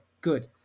good